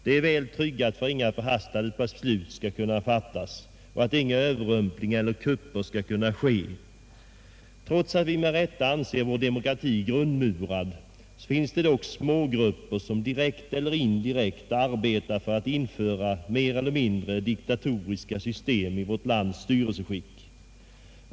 Det är väl sörjt för att inga förhastade beslut skall kunna fattas och att inga överrumplingar eller kupper skall kunna ske. Trots att vi med rätta anser vår demokrati grundmurad finns det dock smågrupper som direkt eller indirekt arbetar för att införa mer eller mindre diktatoriska system i vårt lands styrelseskick.